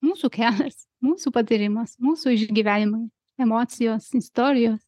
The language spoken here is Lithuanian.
mūsų kelias mūsų patyrimas mūsų išgyvenimai emocijos istorijos